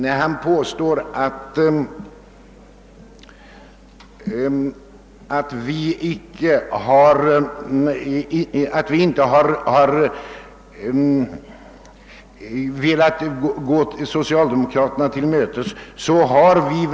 Vidare påstod herr Kellgren att vi inte har velat gå socialdemokraterna till mötes utan i stället hoppat av från utredningen.